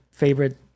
favorite